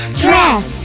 dress